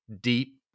deep